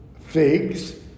figs